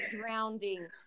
drowning